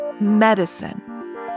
Medicine